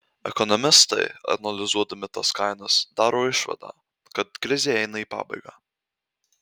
ekonomistai analizuodami tas kainas daro išvadą kad krizė eina į pabaigą